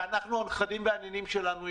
ואנחנו, הנכדים והנינים שלנו ישלמו.